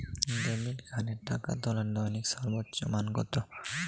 Debit কার্ডে টাকা তোলার দৈনিক সর্বোচ্চ মান কতো?